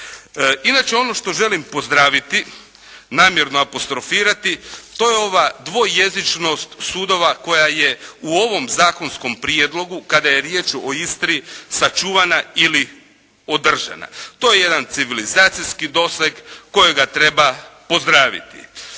Inače ono što želim pozdraviti, namjerno apostrofirati, to je ova dvojezičnost sudova koja je u ovom zakonskom prijedlogu kada je riječ o Istri, sačuvana ili održana. To je jedan civilizacijski doseg kojega treba pozdraviti.